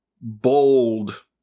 bold